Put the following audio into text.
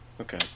Okay